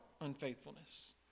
unfaithfulness